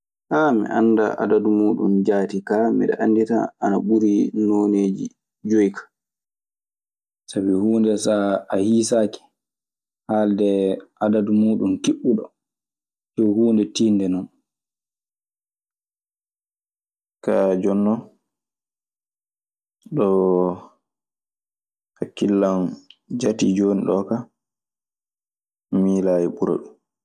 Ha mi anda adadu mudum jati ka mido anditam ana buri noneji joyi ka. Sabi huunde so a hiisaaki, haalde adadu muuɗun kiɓɓuɗo yo huunde tiiɗnde non. Jooni noon ɗo hakkille am jati jooni ɗo ka, mi miilaa ana ɓuri ɗum.